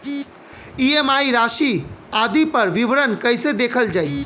EMI राशि आदि पर विवरण कैसे देखल जाइ?